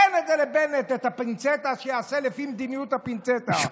תן לבנט את הפינצטה, שיעשה לפי מדיניות הפינצטה.